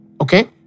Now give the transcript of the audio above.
Okay